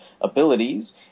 abilities